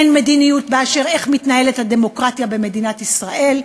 אין מדיניות אשר לאיך מתנהלת הדמוקרטיה במדינת ישראל,